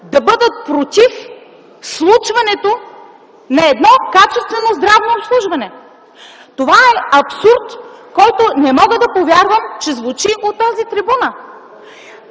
да бъдат против случването на едно качествено здравно обслужване. Това е абсурд, който не мога да повярвам, че звучи от тази трибуна.